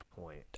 point